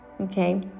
Okay